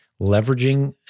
leveraging